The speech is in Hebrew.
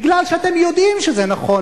מכיוון שאתם יודעים שזה נכון,